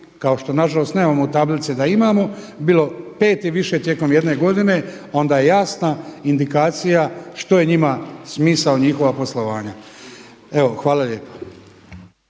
kao što nažalost nemamo u tablici da imamo bilo pet i više tijekom jedne godine onda je jasna indikacija što je njima smisao njihova poslovanja. Evo hvala lijepa.